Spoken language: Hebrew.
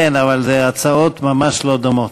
כן, אבל אלה הצעות ממש לא דומות.